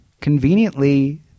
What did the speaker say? conveniently